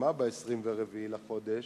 שהתפרסמה ב-24 בחודש,